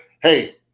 Hey